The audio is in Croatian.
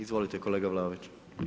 Izvolite, kolega Vlaović.